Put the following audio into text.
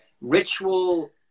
ritual